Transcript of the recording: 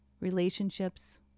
Relationships